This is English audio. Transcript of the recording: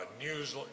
News